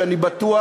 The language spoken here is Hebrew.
ואני בטוח